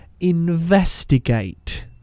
investigate